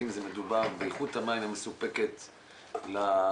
אם זה מדובר באיכות המים המסופקת לצרכן,